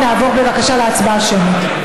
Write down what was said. נעבור, בבקשה, להצבעה שמית.